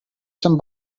some